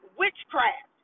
witchcraft